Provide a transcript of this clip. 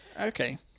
Okay